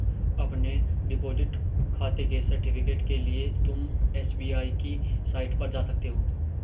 अपने डिपॉजिट खाते के सर्टिफिकेट के लिए तुम एस.बी.आई की साईट पर जा सकते हो